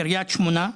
קרית שמונה,